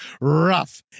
rough